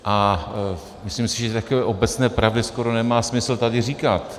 A myslím si, že takové obecné pravdy skoro nemá smysl tady říkat.